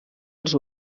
els